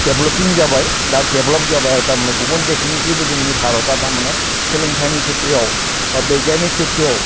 दा देभलपिं जाबाय आरो थारमाने गुबुन देसनिख्रुयबो जोंनि भारता थारमाने सोलोंथायनि खेथ्र'आव बा बिगियाननि खेथ्र'आव